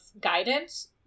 guidance